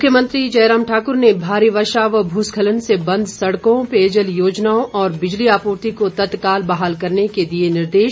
मुख्यमंत्री जयराम ठाकुर ने भारी वर्षा व भूस्खलन से बंद सड़कों पेयजल योजनाओं और बिजली आपूर्ति को तत्काल बहाल करने के दिए निर्देश